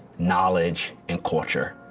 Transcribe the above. knowledge and culture,